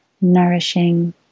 nourishing